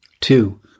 Two